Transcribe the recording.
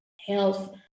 health